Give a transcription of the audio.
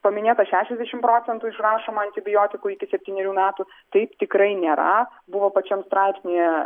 paminėta šešiasdešim procentų išrašoma antibiotikų iki septynerių metų taip tikrai nėra buvo pačiam straipsnyje